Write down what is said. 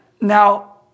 Now